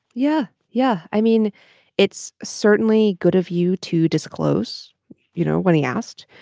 yeah yeah. i mean it's certainly good of you to disclose you know when he asked.